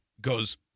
goes –